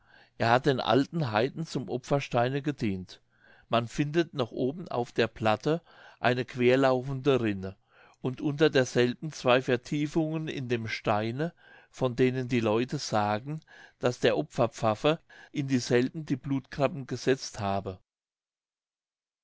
er hat den alten heiden zum opfersteine gedient man findet noch oben auf der platte eine querlaufende rinne und unter derselben zwei vertiefungen in dem steine von denen die leute sagen daß der opferpfaffe in dieselben die blutgrapen gesetzt habe